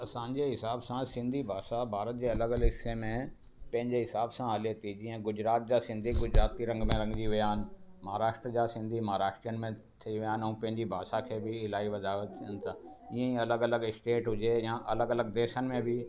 असां जे हिसाब सां सिंधी भाषा भारत जे अलॻि अलॻि हिसे में पंहिंजे हिसाब सां हले थी जीअं गुजरात जा सिंधी गुजराती रंग में रंगिजी विया आहिनि महाराष्ट्र जा सिंधी महाराष्ट्रियनि में थी विया आहिनि ऐं पंहिंजी भाषा खे बि इलाही वधाओ कयो अथनि इहा ई अलॻि अलॻि स्टेट हुजे ऐं अलॻि अलॻि देशनि में बि